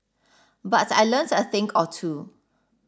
but I learnt a think or two